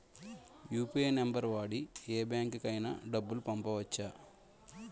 UPI number వాడి యే బ్యాంకుకి అయినా డబ్బులు పంపవచ్చ్చా?